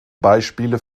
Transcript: beispiele